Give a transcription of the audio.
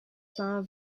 sans